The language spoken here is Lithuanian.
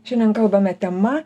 šiandien kalbame tema